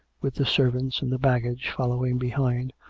with the serv ants and the baggage following behind,